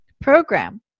program